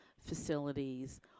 facilities